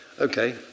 okay